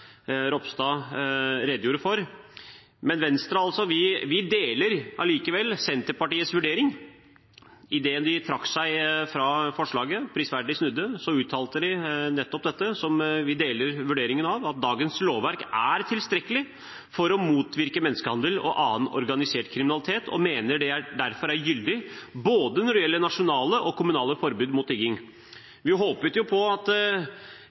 Ropstad redegjorde for. Vi i Venstre deler likevel Senterpartiets vurdering. Idet de trakk seg fra forslaget og prisverdig snudde, uttalte de nettopp dette som vi deler vurderingen av, at dagens lovverk er tilstrekkelig for å motvirke menneskehandel og annen organisert kriminalitet og mener det derfor er gyldig når det gjelder både kommunalt og nasjonalt forbud mot tigging. Vi håpet, ettersom Senterpartiet prisverdig snudde, at